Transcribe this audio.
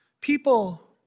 people